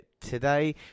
today